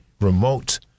remote